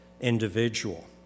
individual